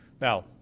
now